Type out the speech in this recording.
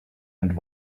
and